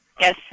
Yes